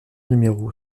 numéro